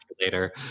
later